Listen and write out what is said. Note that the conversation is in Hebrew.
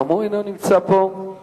אנחנו עוברים